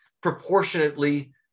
proportionately